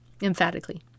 emphatically